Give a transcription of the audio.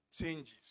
changes